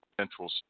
Central